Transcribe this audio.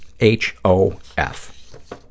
H-O-F